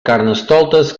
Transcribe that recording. carnestoltes